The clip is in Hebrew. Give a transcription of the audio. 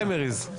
אין פריימריז.